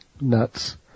nuts